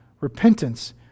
Repentance